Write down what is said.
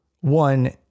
one